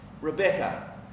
Rebecca